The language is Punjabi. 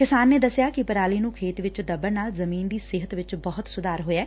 ਕਿਸਾਨ ਨੇ ਦਸਿਆ ਕਿ ਪਰਾਲੀ ਨੰ ਖੇਤ ਵਿੱਚ ਦੱਬਣ ਨਾਲ ਜ਼ਮੀਨ ਦੀ ਸਿਹਤ ਵਿੱਚ ਬਹੁਤ ਸੁਧਾਰ ਆਇਐ